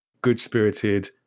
good-spirited